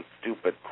stupid